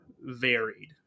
varied